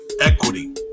equity